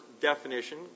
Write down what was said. definition